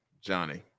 Johnny